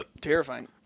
terrifying